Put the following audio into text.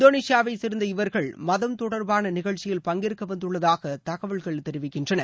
இந்தோனேஷியாவைசேர்ந்த இவர்கள் மதம் தொடர்பானநிகழ்ச்சியில் பங்கேற்கவந்துள்ளதாகதகவல்கள் தெரிவிக்கின்றன